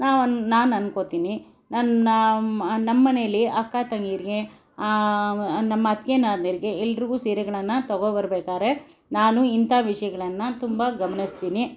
ನಾವು ನಾನು ಅನ್ಕೊತೀನಿ ನನ್ನ ನಮ್ಮ ಮನೇಲಿ ಅಕ್ಕ ತಂಗೀರಿಗೆ ನಮ್ಮ ಅತ್ತಿಗೆ ನಾದ್ನೀರಿಗೆ ಎಲ್ಲರಿಗೂ ಸೀರೆಗಳನ್ನು ತಗೋಬರ್ಬೇಕಾರೆ ನಾನು ಇಂಥ ವಿಷಯಗಳನ್ನ ತುಂಬ ಗಮನಿಸ್ತೀನಿ